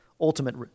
ultimate